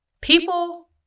People